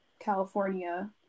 california